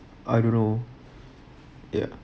I don't know ya